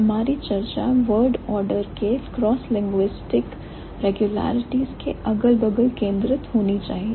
हमारी चर्चा word order के cross linguistics के अगल बगल केंद्रित होनी चाहिए